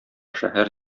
шәһәр